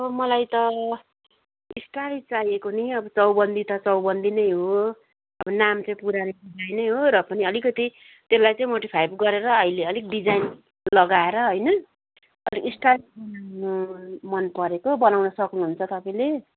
अब मलाई त बिस्तारै चाहिएको नि अब चौबन्दी त चौबन्दी नै हो अब नाम चाहिँ पुरानै डिजाइन हो र पनि अलिकति त्यसलाई चाहिँ मोडिफाइ गरेर अहिले अलिक डिजाइन लगाएर होइन अलिक स्टाइलिस मन परेको बनाउनु सक्नु हुन्छ तपाईँले